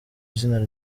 izina